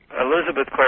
Elizabeth